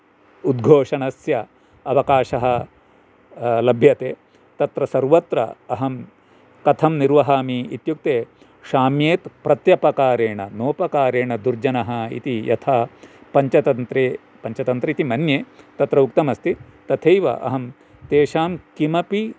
उद्घोषणस्य अवकाशः लभ्यते तत्र सर्वत्र अहं कथं निर्वहामि इत्युक्ते शाम्येत् प्रत्यपकारेण नोपकारेण दुर्जनः इति यथा पञ्चतन्त्रे पञ्चतन्त्रम् इति मन्ये तत्र उक्तमस्ति तथैव अहं तेषां किमपि